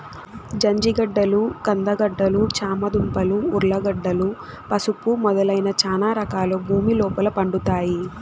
జంజిగడ్డలు, కంద గడ్డలు, చామ దుంపలు, ఉర్లగడ్డలు, పసుపు మొదలైన చానా రకాలు భూమి లోపల పండుతాయి